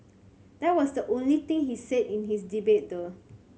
that was the only thing he's said in his debate though